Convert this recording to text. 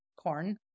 corn